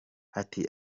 ati